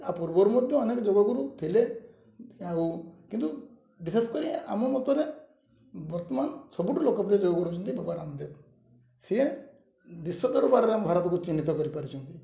ତା ପୂର୍ବରୁ ମଧ୍ୟ ଅନେକ ଯୋଗଗୁରୁ ଥିଲେ ଆଉ କିନ୍ତୁ ବିଶେଷ କରି ଆମ ମତରେ ବର୍ତ୍ତମାନ ସବୁଠୁ ଲୋକପ୍ରିୟ ଯୋଗଗୁରୁ ହେଉଛନ୍ତି ବାବା ରାମଦେବ ସିଏ ବିଶ୍ୱ ଦରବାରେ ଆମ ଭାରତକୁ ଚିହ୍ନିତ କରିପାରିଛନ୍ତି